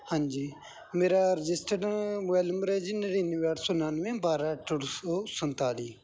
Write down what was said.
ਹਾਂਜੀ ਮੇਰਾ registered mobile number ਹੈ ਜੀ ਨੜਿਨਵੇਂ ਅੱਠ ਸੌ ਉਣਾਨਵੇਂ ਬਾਰਾਂ ਅੱਠ ਸੌ ਸੰਤਾਲੀ